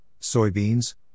soybeans